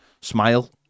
smile